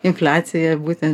infliaciją būten